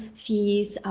fees,